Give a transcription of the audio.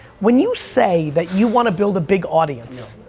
when you say that you wanna build a big audience,